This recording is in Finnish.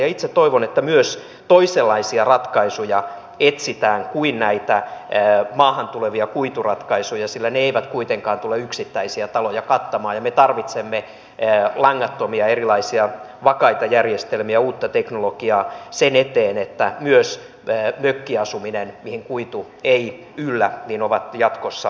itse toivon että myös toisenlaisia ratkaisuja etsitään kuin näitä maahan tulevia kuituratkaisuja sillä ne eivät kuitenkaan tule yksittäisiä taloja kattamaan ja me tarvitsemme erilaisia vakaita langattomia järjestelmiä uutta teknologiaa sen eteen että myös mökkiasuminen mihin kuitu ei yllä on jatkossa vakaiden yhteyksien päässä